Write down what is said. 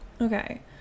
Okay